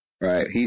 Right